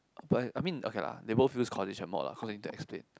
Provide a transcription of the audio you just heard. but I mean okay lah they both use correlation mod ah cause need to explain